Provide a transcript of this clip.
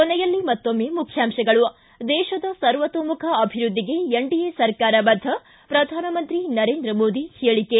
ಕೊನೆಯಲ್ಲಿ ಮತ್ತೊಮ್ನೆ ಮುಖ್ಯಾಂಶಗಳು ಿ ದೇಶದ ಸರ್ವತೋಮುಖ ಅಭಿವೃದ್ದಿಗೆ ಎನ್ಡಿಎ ಸರ್ಕಾರ ಬದ್ಧ ಪ್ರಧಾನಮಂತ್ರಿ ನರೇಂದ್ರ ಮೋದಿ ಹೇಳಿಕೆ